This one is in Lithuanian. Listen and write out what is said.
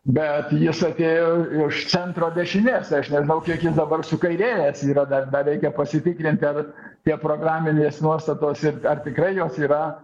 bet jis atėjo iš centro dešinės tai aš nežinau kiek jis dabar sukairėjęs yra dar dar reikia pasitikrinti ar tie programinės nuostatos ir ar tikrai jos yra